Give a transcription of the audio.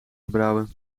gebrouwen